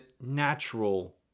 natural